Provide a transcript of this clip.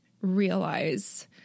realize